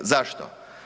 Zašto?